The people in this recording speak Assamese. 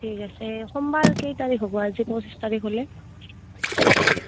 ঠিক আছে সোমবাৰ কেই তাৰিখ হ'ব আজি পঁচিছ তাৰিখ হ'লে